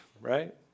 right